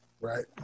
Right